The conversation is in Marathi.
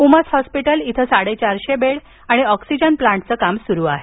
उमस हॉस्पिटल इथं साडेचारशे बेड आणि ऑक्सिजन प्लान्ट चे काम सुरू आहे